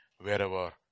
wherever